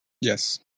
Yes